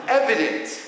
evident